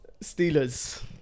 Steelers